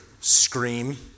scream